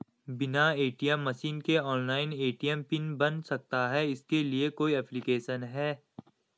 बिना ATM machine के online ATM PIN बन सकता है इसके लिए कोई ऐप्लिकेशन है?